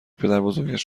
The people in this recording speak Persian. پدربزرگش